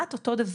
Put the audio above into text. כמעט אותו דבר.